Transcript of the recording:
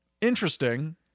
interesting